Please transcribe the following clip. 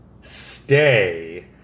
stay